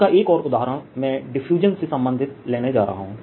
इसका एक और उदाहरण मैं डिफ्यूजन से संबंधित लेने जा रहा हूं